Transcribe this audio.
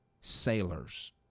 sailors